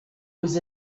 was